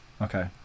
Okay